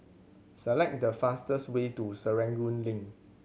select the fastest way to Serangoon Link